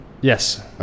yes